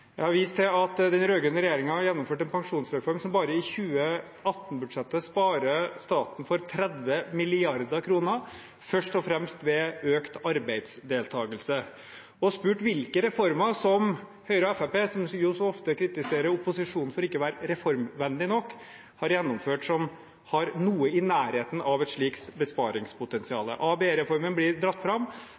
Jeg har vist til at den rød-grønne regjeringen gjennomførte en pensjonsreform som bare i 2018-budsjettet sparer staten for 30 mrd. kr, først og fremst ved økt arbeidsdeltagelse, og spurt hvilke reformer som Høyre og Fremskrittspartiet – som så ofte kritiserer opposisjonen for ikke å være reformvennlig nok – har gjennomført som har noe i nærheten av et slikt besparingspotensial. ABE-reformen blir dratt fram,